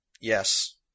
Yes